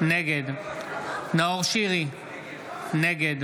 נגד נאור שירי, נגד